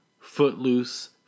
footloose